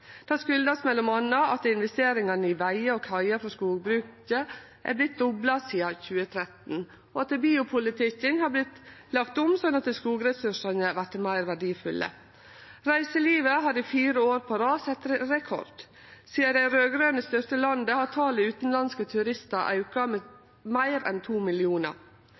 Det kjem m.a. av at investeringane i vegar og kaier for skogbruket har vorte dobla sidan 2013, og at biopolitikken har vorte lagd om slik at skogressursane vert meir verdifulle. Reiselivet har i fire år på rad sett rekord. Sidan dei raud-grøne styrte landet, har talet på utanlandske turistar auka med meir enn to millionar.